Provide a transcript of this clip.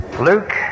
Luke